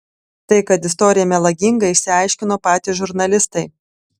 tai kad istorija melaginga išsiaiškino patys žurnalistai